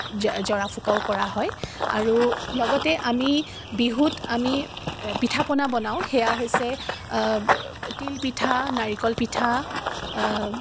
জ জৰা ফুকাও কৰা হয় আৰু লগতে আমি বিহুত আমি পিঠাপনা বনাওঁ সেয়া হৈছে তিল পিঠা নাৰিকল পিঠা